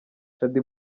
shaddy